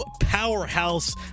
powerhouse